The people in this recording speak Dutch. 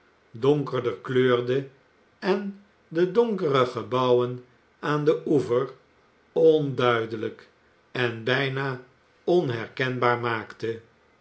donkerder kleurde en de donkere gebouwen aan i den oever onduidelijk en bijna onherkenbaar i maakte